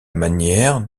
manière